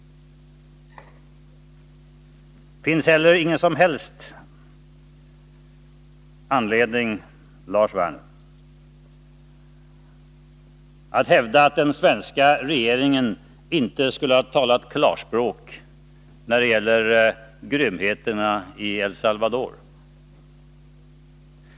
Det finns inte heller någon som helst anledning, Lars Werner, att hävda att den svenska regeringen inte skulle ha talat klarspråk när det gäller grymheterna i El Salvador.